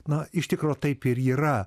na iš tikro taip ir yra